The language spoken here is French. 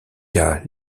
cas